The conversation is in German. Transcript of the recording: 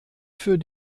für